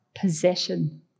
possession